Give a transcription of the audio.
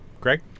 Greg